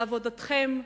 לעבודתכם,